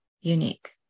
unique